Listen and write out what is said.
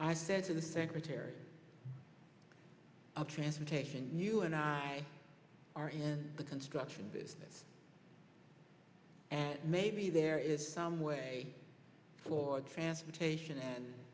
i said to the secretary of transportation you and i are in the construction business and maybe there is some way for transportation and